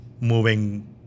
moving